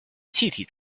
气体